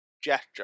gesture